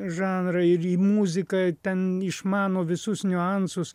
žanrą ir į muziką ten išmano visus niuansus